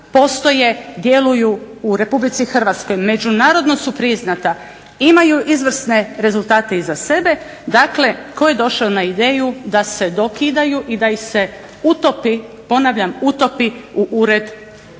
postoje, djeluju u Republici Hrvatskoj međunarodno su priznata, imaju izvrsne rezultate iza sebe. Dakle tko je došao na ideju da se dokidaju i da ih se utopi, ponavljam utopi u ured pučkog